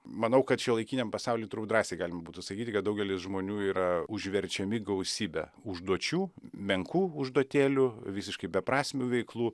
manau kad šiuolaikiniam pasauly turbūt drąsiai galima būtų sakyti kad daugelis žmonių yra užverčiami gausybe užduočių menkų užduotėlių visiškai beprasmių veiklų